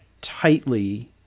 tightly